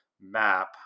MAP